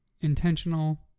intentional